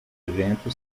evento